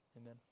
Amen